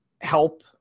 help